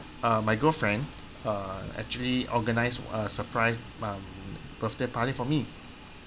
uh my girlfriend uh actually organised a surprise um birthday party for me